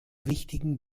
wichtigen